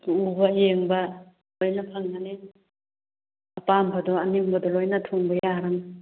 ꯎꯕ ꯌꯦꯡꯕ ꯂꯣꯏꯅ ꯐꯪꯒꯅꯤ ꯑꯄꯥꯝꯕꯗꯣ ꯑꯅꯤꯡꯕꯗꯣ ꯂꯣꯏꯅ ꯊꯨꯡꯕ ꯌꯥꯒꯅꯤ